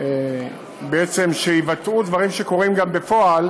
שבעצם יבטאו דברים שקורים גם בפועל,